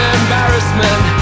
embarrassment